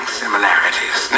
similarities